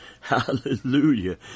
Hallelujah